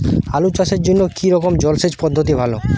আলু চাষের জন্য কী রকম জলসেচ পদ্ধতি ভালো?